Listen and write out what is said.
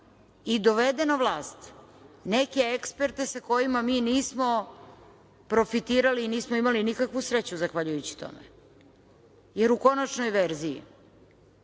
i dovede na vlast neke eksperte sa kojima mi nismo profitirali i nismo imali nikakvu sreću zahvaljujući tome, jer u konačnoj verziji